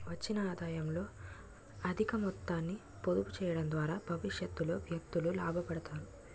వచ్చిన ఆదాయంలో అధిక మొత్తాన్ని పొదుపు చేయడం ద్వారా భవిష్యత్తులో వ్యక్తులు లాభపడతారు